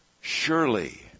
surely